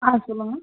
ஆ சொல்லுங்கள்